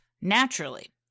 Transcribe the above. Naturally